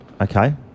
Okay